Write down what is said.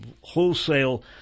wholesale